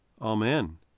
Amen